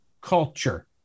culture